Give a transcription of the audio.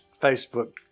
Facebook